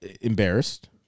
embarrassed